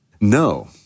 No